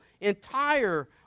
entire